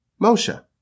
Moshe